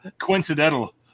Coincidental